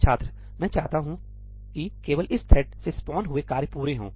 छात्र मैं चाहता हूं कि केवल इस थ्रेड् से स्पॉन हुए कार्य पूरे हों